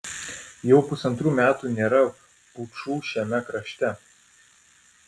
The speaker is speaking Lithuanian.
jau pusantrų metų nėra pučų šiame krašte